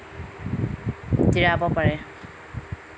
জিৰাব পাৰে